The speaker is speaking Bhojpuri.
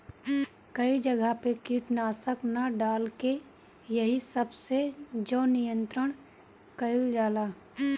कई जगह पे कीटनाशक ना डाल के एही सब से जैव नियंत्रण कइल जाला